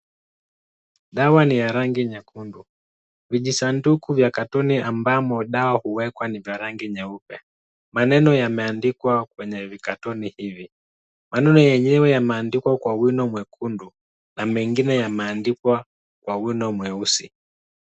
Dawa ni ya rangi nyekundu. Vijisanduku vya katoni ambamo dawa huwekwa ni ya rangi nyeupe. Maneno yameandikwa kwenye vikatoni hivi. Maneno yenyewe yameandikwa kwa wino mwekundu na mengine yameandikwa kwa wino mweusi.